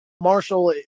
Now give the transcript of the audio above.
Marshall